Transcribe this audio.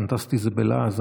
פנטסטי זה בלעז,